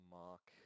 mark